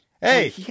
Hey